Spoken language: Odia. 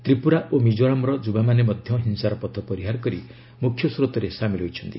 ତ୍ରିପୁରା ଓ ମିଜୋରାମର ଯୁବାମାନେ ମଧ୍ୟ ହିଂସାର ପଥ ପରିହାର କରି ମୁଖ୍ୟସ୍ରୋତରେ ସାମିଲ ହୋଇଛନ୍ତି